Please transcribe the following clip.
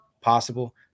possible